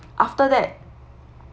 after that